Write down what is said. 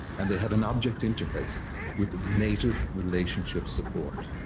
and they had an object interface with native relationship support.